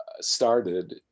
started